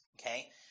okay